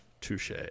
Touche